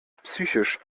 psychisch